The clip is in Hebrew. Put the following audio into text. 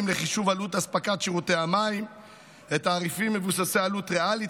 לחישוב עלות אספקת שירותי המים ותעריפים מבוססי עלות ריאלית